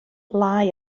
lai